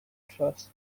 trust